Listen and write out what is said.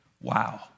Wow